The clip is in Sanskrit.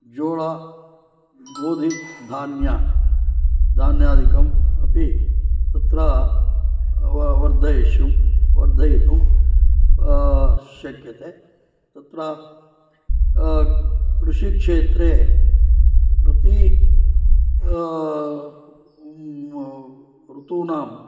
जोळा बोधी धान्य धान्यादिकम् अपि तत्र वर्धयितुं शक्यते तत्र कृषिक्षेत्रे प्रति ऋतूनां